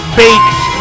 baked